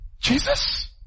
Jesus